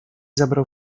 zabrał